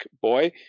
boy